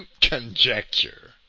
conjecture